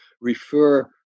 refer